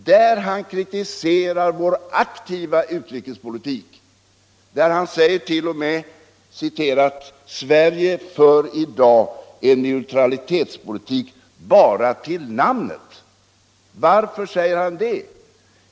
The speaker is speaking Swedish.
Där kritiserar han vår aktiva utrikespolitik och säger t.o.m.: ”Sverige för i dag en neutralitetspolitik bara till namnet.” Varför säger han det?